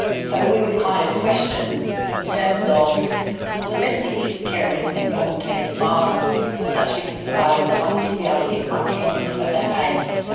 so we would kind of question in terms of domestic terrorism in the form of domestic violence such victim survivors are lucky to be able to get one-tenth of that payment.